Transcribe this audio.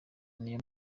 niyo